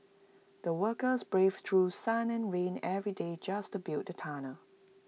the workers braved through sun and rain every day just to build the tunnel